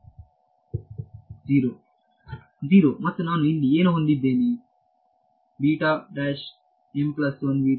0 ಮತ್ತು ನಾನು ಇಲ್ಲಿ ಏನು ಹೊಂದಿದ್ದೇನೆ ವಿದ್ಯಾರ್ಥಿ M ಪ್ಲಸ್ 1